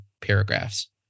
paragraphs